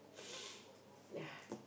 yeah